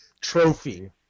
trophy